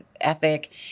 ethic